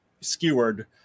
skewered